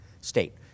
state